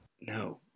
No